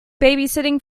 babysitting